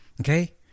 okay